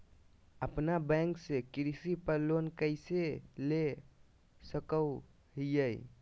अपना बैंक से कृषि पर लोन कैसे ले सकअ हियई?